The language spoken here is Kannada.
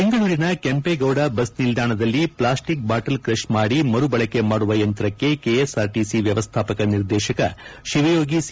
ಬೆಂಗಳೂರಿನ ಕೆಂಪೇಗೌಡ ಬಸ್ ನಿಲ್ದಾಣದಲ್ಲಿ ಪ್ಲಾಸ್ಟಿಕ್ ಬಾಟಲ್ ಕ್ರಷ್ ಮಾಡಿ ಮರುಬಳಕೆ ಮಾಡುವ ಯಂತ್ರಕ್ಕೆ ಕೆಎಸ್ಆರ್ಟಿಸಿ ವ್ಯವಸ್ಥಾಪಕ ನಿರ್ದೆಶಕ ಶಿವಯೋಗಿ ಸಿ